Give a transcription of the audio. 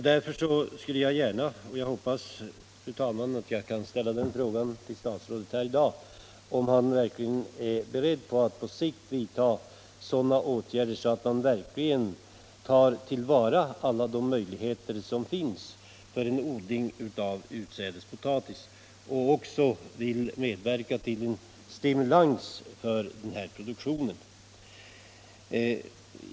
Därför skulle jag gärna vilja fråga jordbruksministern — jag hoppas, fru talman, att jag kan ställa den frågan till statsrådet här i dag - om han är beredd att vidta sådana åtgärder som på sikt verkligen tar till vara alla de möjligheter som finns för odling av utsädespotatis och om statsrådet dessutom vill medverka till att stimulera denna produktion.